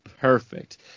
perfect